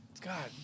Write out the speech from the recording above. God